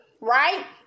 Right